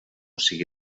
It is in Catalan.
sigui